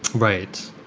right.